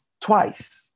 twice